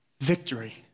victory